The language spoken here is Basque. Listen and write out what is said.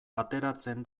ateratzen